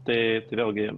tai vėlgi